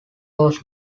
was